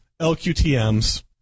LQTMs